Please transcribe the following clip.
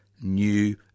new